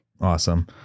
awesome